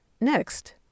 Next